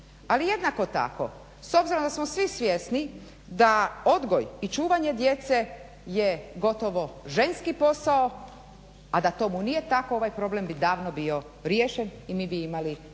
Ali jednako tako s obzirom da smo svi svjesni da odgoj i čuvanje djece je gotovo ženski posao, a da tomu nije tako ovaj problem bi davno bio riješen i mi bi imali